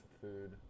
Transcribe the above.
food